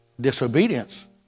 disobedience